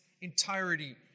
entirety